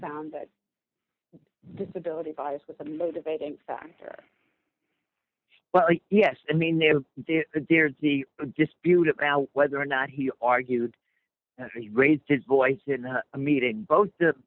found that disability bias with the motivating factor well yes i mean they have the dispute about whether or not he argued raised his voice in a meeting both the